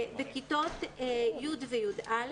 בכיתות י' ו-י"א,